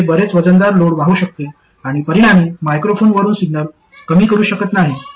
तर हे बरेच वजनदार लोड वाहू शकते आणि परिणामी मायक्रोफोनवरून सिग्नल कमी करू शकत नाही